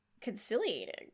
conciliating